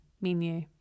menu